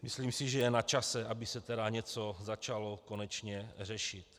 Myslím si, že je načase, aby se něco začalo konečně řešit.